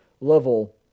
level